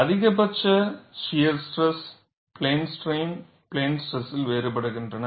அதிகபட்ச shear stress plane strain plane stress வேறுபடுகின்றன